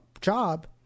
job